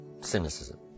cynicism